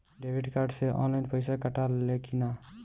Debit card से online पैसा कटा ले कि ना?